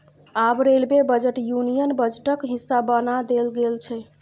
आब railway budget union बजटक हिस्सा बना देल गेल छै